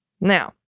Now